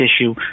issue